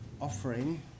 offering